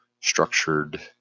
structured